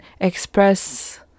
express